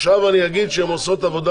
--- עכשיו אני אגיד שהן עושות עבודה,